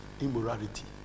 immorality